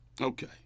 Okay